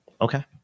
Okay